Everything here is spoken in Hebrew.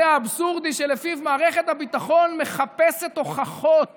האבסורדי שלפיו מערכת הביטחון מחפשת הוכחות